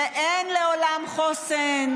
ולא לעולם חוסן.